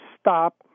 stop